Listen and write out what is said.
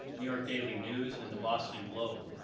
new york daily news, and the boston globe.